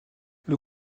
les